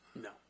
no